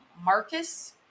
marcus